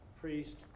priest